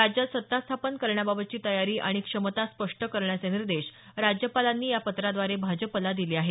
राज्यात सत्ता स्थापन करण्याबाबतची तयारी आणि क्षमता स्पष्ट करण्याचे निर्देश राज्यपालांनी या पत्राद्वारे भाजपला दिले आहेत